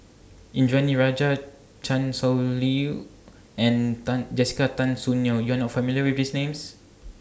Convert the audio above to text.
Indranee Rajah Chan Sow Lin and Tan Jessica Tan Soon Neo YOU Are not familiar with These Names